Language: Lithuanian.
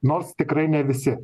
nors tikrai ne visi